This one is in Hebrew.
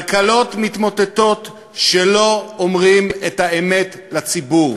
כלכלות מתמוטטות כשלא אומרים את האמת לציבור.